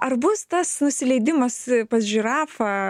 ar bus tas nusileidimas pas žirafą